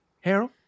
Harold